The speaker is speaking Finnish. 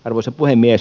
arvoisa puhemies